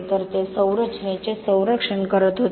तर ते संरचनेचे संरक्षण करत होते